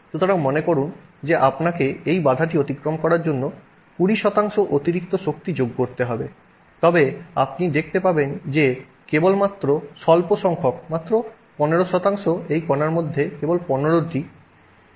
সুতরাং মনে করুন যে আপনাকে এই বাধাটি অতিক্রম করার জন্য 20 অতিরিক্ত শক্তি যোগ করতে হবে তবে আপনি দেখতে পাবেন যে কেবলমাত্র অল্প সংখ্যক মাত্র 15 এই কণার মধ্যে কেবল 15 টি